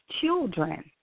children